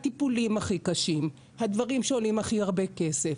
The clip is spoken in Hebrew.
הטיפולים הכי שקשים, הדברים שעולים הכי הרבה כסף,